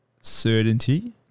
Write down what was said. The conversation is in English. certainty